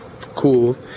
cool